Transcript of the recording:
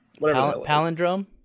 Palindrome